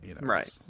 Right